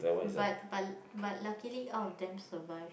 but but but luckily all of them survive